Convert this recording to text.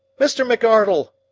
mr. mcardle!